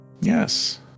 Yes